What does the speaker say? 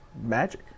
magic